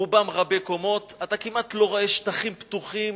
רובם רבי-קומות, אתה כמעט לא רואה שטחים פתוחים,